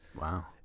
wow